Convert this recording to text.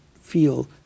feel